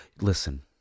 listen